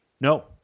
No